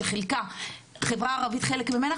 שחלקה החברה הערבית חלק ממנה,